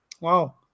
Wow